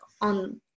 on